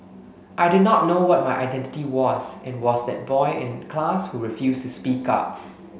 I did not know what my identity was and was that boy in class who refused to speak up